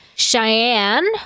Cheyenne